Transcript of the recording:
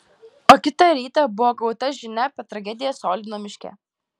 o kitą rytą buvo gauta žinia apie tragediją soldino miške